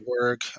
work